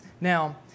Now